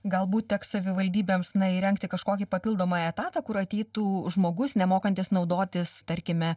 galbūt teks savivaldybėms na įrengti kažkokį papildomą etatą kur ateitų žmogus nemokantis naudotis tarkime